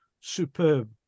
superb